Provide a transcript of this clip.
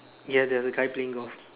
ya there's a guy playing golf